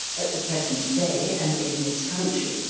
at the present day, and in this country,